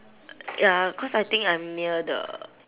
ya cause I think I'm near the